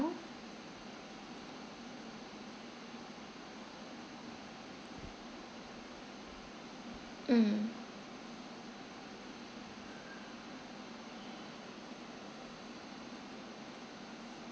mm